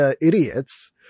idiots